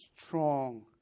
strong